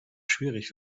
schwierig